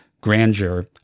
grandeur